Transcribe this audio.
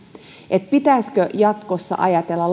että pitäisikö jatkossa ajatella